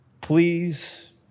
please